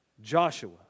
Joshua